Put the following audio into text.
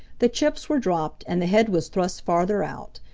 the chips were dropped and the head was thrust farther out.